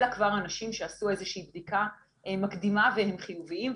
אלא כבר אנשים שעשו איזושהי בדיקה מקדימה והם חיוביים.